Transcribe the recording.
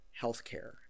healthcare